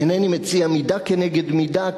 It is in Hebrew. אינני מציע מידה כנגד מידה,